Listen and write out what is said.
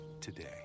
today